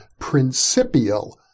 Principial